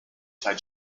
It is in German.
zeit